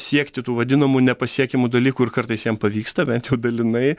siekti tų vadinamų nepasiekiamų dalykų ir kartais jiem pavyksta bent jau dalinai